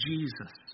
Jesus